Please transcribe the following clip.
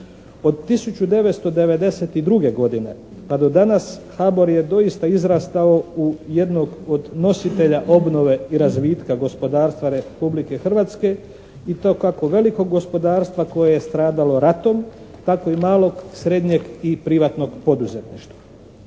Od 1992. godine pa do danas Habor je doista izrastao u jednog od nositelja obnove i razvitka gospodarstva Republike Hrvatske i to kako velikog gospodarstva koje je stradalo ratom tako i malog, srednjeg i privatnog poduzetništva.